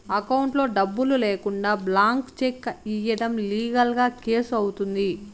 అకౌంట్లో డబ్బులు లేకుండా బ్లాంక్ చెక్ ఇయ్యడం లీగల్ గా కేసు అవుతుంది